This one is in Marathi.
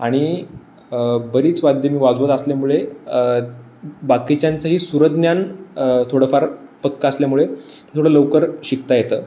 आणि बरीच वाद्यं मी वाजवत असल्यामुळे बाकीच्यांचंही सुरज्ञान थोडंफार पक्कं असल्यामुळे थोडं लवकर शिकता येतं